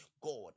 god